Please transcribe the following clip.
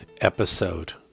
episode